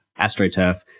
astroturf